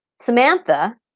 Samantha